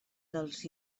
dels